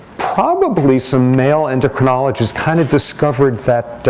probably some male endocrinologists kind of discovered that,